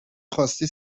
خواستی